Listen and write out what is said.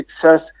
success